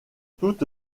toute